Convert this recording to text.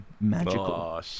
magical